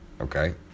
okay